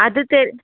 அது தெ